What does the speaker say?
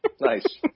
Nice